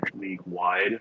league-wide